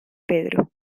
pedro